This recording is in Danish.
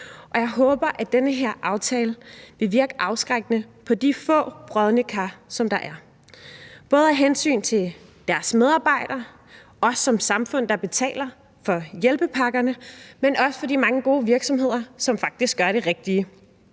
og jeg håber, at den her aftale vil virke afskrækkende på de få brodne kar, der er – både af hensyn til deres medarbejdere og os som samfund, der betaler for hjælpepakkerne, men også af hensyn til de mange gode virksomheder, som faktisk gør det rigtige.